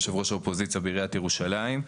יושב ראש האופוזיציה בעיריית ירושלים.